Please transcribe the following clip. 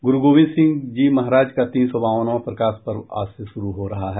गुरू गोविंदसिंह जी महाराज का तीन सौ बावनवां प्रकाश पर्व आज से शुरू हो रहा है